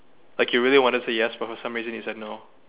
like you really wanted to say yes but for some reason you said no